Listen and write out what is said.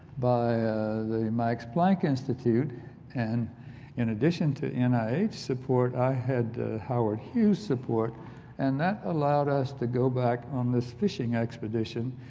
by the max plank institute and in addition to and nih support i had howard hughes support and that allowed us to go back on this fishing expedition.